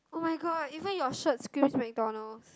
oh-my-god even your shirt squeeze McDonald's